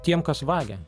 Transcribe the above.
tiem kas vagia